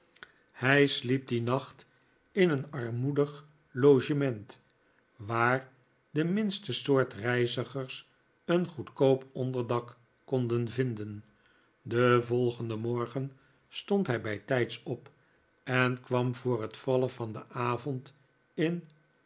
hij nikolaas nickleby sliep dien nacht in een armoedig logement waar de minste soort reizigers een goedkoop onderdak konden vinden den volgenden morgen stond hij bijtijds op en kwam voor het vallen van den avond in